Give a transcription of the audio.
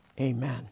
Amen